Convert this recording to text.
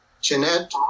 Jeanette